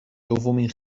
دومین